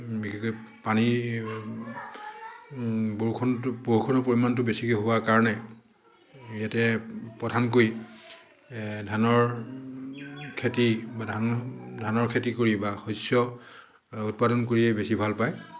বিশেষকে পানী বৰষুণটো বৰষুণৰ পৰিমাণটো বেছিকৈ হোৱা কাৰণে ইযাতে প্ৰধানকৈ ধানৰ খেতি বা ধান ধানৰ খেতি কৰি বা শস্য উৎপাদন কৰিয়ে বেছি ভাল পায়